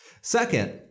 Second